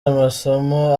amasomo